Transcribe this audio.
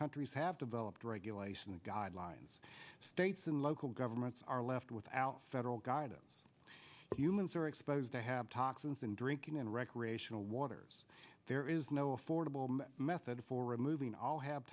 countries have developed regulation the guidelines states and local governments are left without federal guidance if humans are exposed they have toxins in drinking in recreational waters there is no affordable method for removing all have